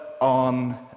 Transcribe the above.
on